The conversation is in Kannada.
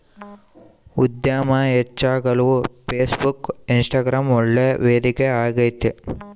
ಉದ್ಯಮ ಹೆಚ್ಚಾಗಲು ಫೇಸ್ಬುಕ್, ಇನ್ಸ್ಟಗ್ರಾಂ ಒಳ್ಳೆ ವೇದಿಕೆ ಆಗೈತೆ